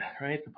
right